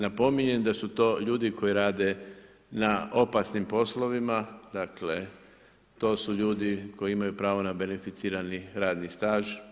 Napominjem da su to ljudi koji rade na opasnim poslovima, dakle to su ljudi koji imaju pravo na beneficirani radni staž.